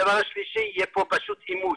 דבר שלישי, יהיה פה פשוט עימות.